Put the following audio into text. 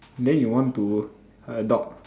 then you want to adopt